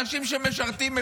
אנשים שמשרתים,